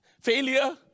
failure